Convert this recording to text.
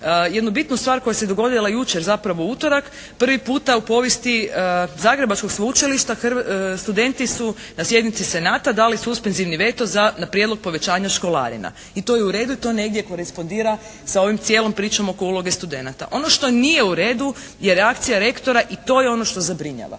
jednu bitnu stvar koja se dogodila jučer zapravo u utorak. Prvi puta u povijesti Zagrebačkog sveučilišta studenti su na sjednici Senata dali suspenzivni veto na prijedlog povećanja školarina. I to je u redu. To negdje korespondira sa ovom cijelom pričom oko uloge studenata. Ono što nije u redu je reakcija rektora i to je ono što zabrinjava.